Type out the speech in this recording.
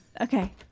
okay